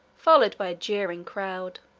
followed by a jeering crowd.